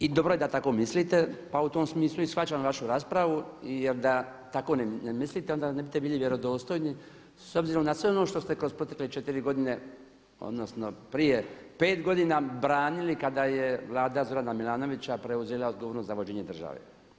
I dobro je da tako mislite pa u tom smislu i shvaćam vašu raspravu jer da tako ne mislite onda ne biste bili vjerodostojni s obzirom na sve ono što ste kroz protekle 4 godine, odnosno prije 5 godina branili kada je Vlada Zorana Milanovića preuzela odgovornost za vođenje države.